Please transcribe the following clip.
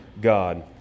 God